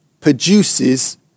produces